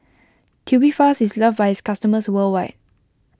Tubifast is loved by its customers worldwide